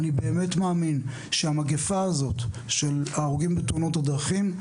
אני באמת מאמין שהמגיפה הזאת של ההרוגים בתאונות הדרכים,